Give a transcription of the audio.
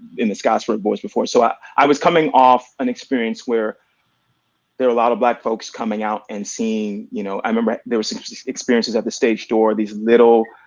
in the scottsboro boys before, so i was coming off an experience where there are a lot of black folks coming out and seeing, you know, i remember there was interesting experiences at the stage door, these little,